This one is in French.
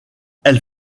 elles